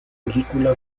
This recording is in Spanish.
película